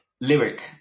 lyric